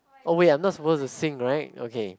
oh wait I'm not supposed to sing right okay